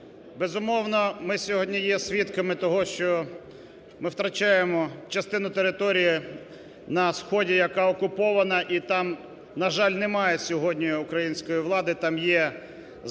безумовно, ми сьогодні є свідками того, що ми втрачаємо частину території на сході, яка окупована, і там, на жаль, немає сьогодні української влади, там є банди,